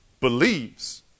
believes